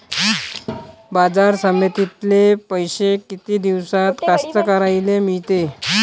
बाजार समितीतले पैशे किती दिवसानं कास्तकाराइले मिळते?